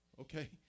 okay